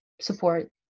support